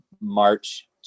March